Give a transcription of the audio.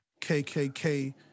KKK